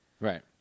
right